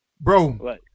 Bro